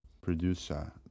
producer